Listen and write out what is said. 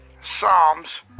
Psalms